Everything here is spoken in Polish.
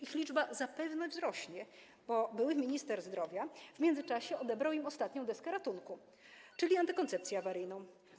Ich liczba zapewne wzrośnie, bo były minister zdrowia w międzyczasie odebrał im ostatnią deskę ratunku, czyli antykoncepcję awaryjną.